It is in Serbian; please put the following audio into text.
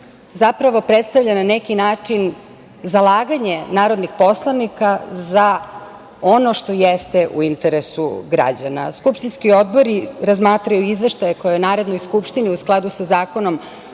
zapravo, predstavlja na neki način zalaganje narodnih poslanika za ono što jeste u interesu građana. Skupštinski odbori razmatraju izveštaje kojoj Narodnoj skupštini u skladu sa zakonom